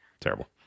terrible